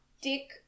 Dick